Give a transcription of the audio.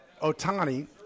Otani